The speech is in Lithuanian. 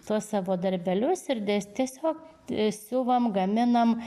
tuos savo darbelius ir des tiesiog siuvam gaminam